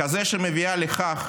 דעת המיעוט